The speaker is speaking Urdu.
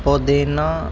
پودینہ